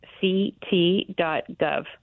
ct.gov